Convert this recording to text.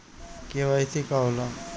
KYC का होला?